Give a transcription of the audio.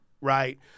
right